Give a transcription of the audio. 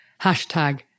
hashtag